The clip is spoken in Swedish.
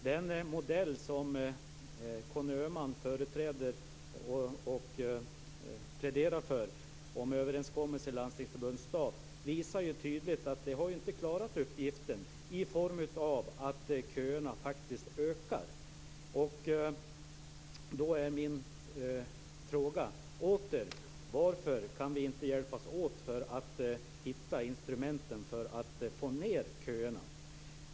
Den modell som Conny Öhman pläderar för om överenskommelse mellan landstingsförbund och stat visar tydligt att man inte har klarat uppgiften. Köerna ökar faktiskt. Då är åter min fråga: Varför kan vi inte hjälpas åt för att hitta instrument för att förkorta köerna?